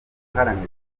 guharanira